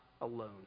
alone